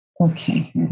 Okay